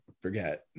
forget